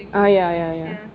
ah ya ya ya